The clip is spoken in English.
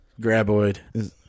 graboid